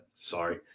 Sorry